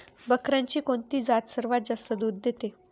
बकऱ्यांची कोणती जात सर्वात जास्त दूध देते?